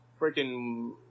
freaking